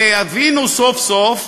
ויבינו סוף-סוף,